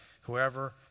whoever